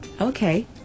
Okay